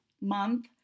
month